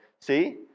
see